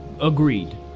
Agreed